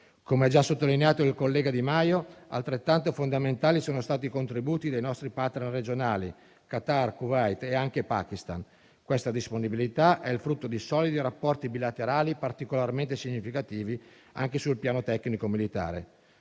Come ha già sottolineato il collega Di Maio, altrettanto fondamentali sono stati i contributi dei nostri *partner* regionali, come Qatar, Kuwait e anche Pakistan; questa disponibilità è il frutto di solidi rapporti bilaterali particolarmente significativi anche sul piano tecnico-militare.